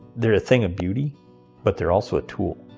they're a thing of beauty but they're also a tool.